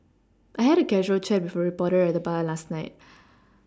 I had a casual chat with a reporter at the bar last night